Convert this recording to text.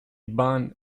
band